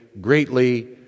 greatly